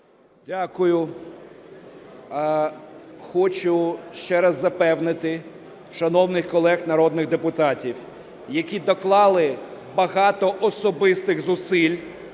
Дякую. Хочу ще раз запевнити шановних колег народних депутатів, які доклали багато особистих зусиль